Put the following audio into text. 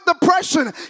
depression